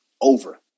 Over